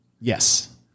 Yes